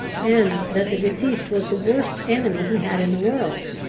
and that the deceased was the worst enemy he had in the world.